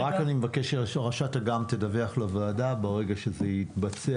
אז אני רק אבקש שראשת אג"מ תדווח לוועדה ברגע שזה יתבצע.